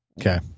Okay